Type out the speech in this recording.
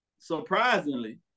surprisingly